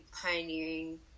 pioneering